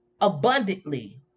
abundantly